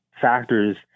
factors